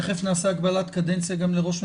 תכף נעשה גם הגבלת קדנציה לראש ממשלה,